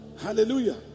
Hallelujah